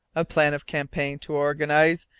a plan of campaign to organize,